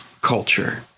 culture